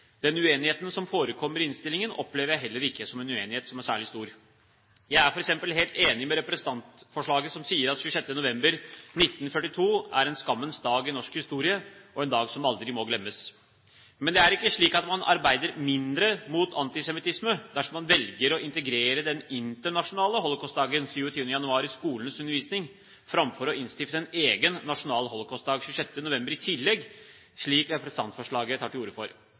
Den uenigheten som forekommer i innstillingen, opplever jeg heller ikke som en uenighet som er særlig stor. Jeg er f.eks. helt enig i det som sies i representantforslaget om at 26. november 1942 er «en skammens dag i norsk historie, en dag som aldri må glemmes». Men det er ikke slik at man arbeider mindre mot antisemittisme dersom man velger å integrere den internasjonale holocaustdagen 27. januar i skolens undervisning framfor å innstifte en egen nasjonal holocaustdag 26. november i tillegg, slik representantforslaget tar til orde for.